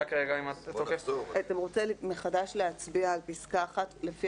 אתה רוצה להצביע מחדש על פסקה (1) לפי